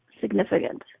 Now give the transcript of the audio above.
significant